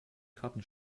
karten